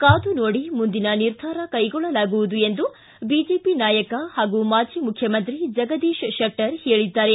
ಕಾದು ನೋಡಿ ಮುಂದಿನ ನಿರ್ಧಾರ ಕೈಗೊಳ್ಳಲಾಗುವುದು ಎಂದು ಬಿಜೆಪಿ ನಾಯಕ ಹಾಗೂ ಮಾಜಿ ಮುಖ್ಯಮಂತ್ರಿ ಜಗದೀಶ್ ಶೆಟ್ಟರ್ ಹೇಳಿದ್ದಾರೆ